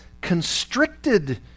constricted